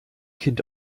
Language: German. kind